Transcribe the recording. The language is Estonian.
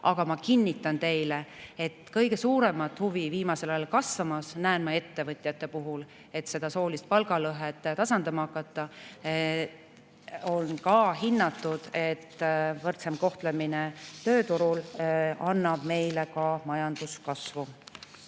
Aga ma kinnitan teile, et viimasel ajal kõige suuremat huvi kasvamas näen ma ettevõtjatel, et seda soolist palgalõhet tasandama hakata. On hinnatud, et võrdsem kohtlemine tööturul annab meile ka majanduskasvu.